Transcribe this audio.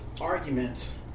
argument